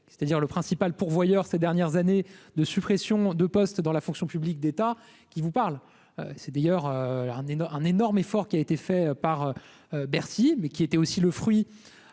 c'est-à-dire le principal pourvoyeur ces dernières années de suppressions de postes dans la fonction publique d'État, qui vous parle, c'est d'ailleurs un énorme un énorme effort qui a été fait par Bercy, mais qui était aussi le fruit